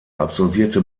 absolvierte